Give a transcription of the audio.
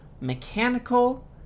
mechanical